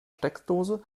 steckdose